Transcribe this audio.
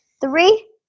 three